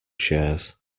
shares